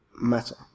matter